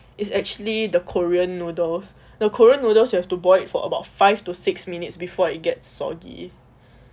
is actually the korean noodles the korean noodles you have to boil for about five to six minutes before it gets soggy